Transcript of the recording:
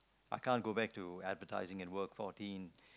I can't go back to advertising and work fourteen